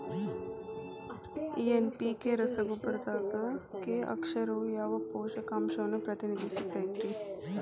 NPK ರಸಗೊಬ್ಬರದಾಗ K ಅಕ್ಷರವು ಯಾವ ಪೋಷಕಾಂಶವನ್ನ ಪ್ರತಿನಿಧಿಸುತೈತ್ರಿ?